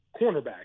cornerback